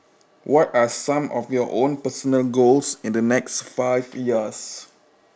what are some of your own personal goals in the next five years